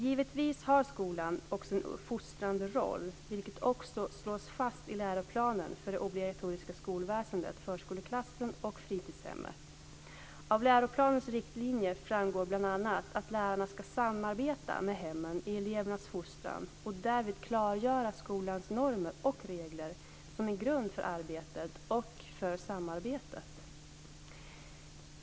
Givetvis har skolan också en fostrande roll, vilket också slås fast i läroplanen för det obligatoriska skolväsendet, förskoleklassen och fritidshemmet . Av läroplanens riktlinjer framgår bl.a. att lärarna ska samarbeta med hemmen i elevernas fostran och därvid klargöra skolans normer och regler som en grund för arbetet och för samarbetet.